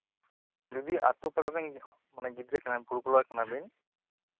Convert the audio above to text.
ᱡᱚᱫᱤ ᱟᱛᱳ ᱯᱟᱲᱟ ᱨᱮᱱ ᱡᱚᱫᱤ ᱜᱤᱫᱽᱨᱟᱹ ᱠᱟᱱᱟ ᱵᱤᱱ ᱠᱚᱲᱟ ᱠᱟᱱᱟᱵᱤᱱ